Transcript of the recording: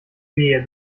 wehe